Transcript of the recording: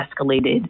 escalated